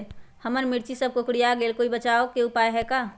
हमर मिर्ची सब कोकररिया गेल कोई बचाव के उपाय है का?